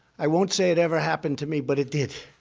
i won't say it ever happened to me, but it did.